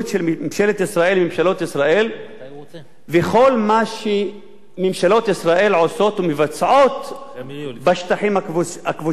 בכל מה שממשלות ישראל עושות ומבצעות בשטחים הכבושים בגדה המערבית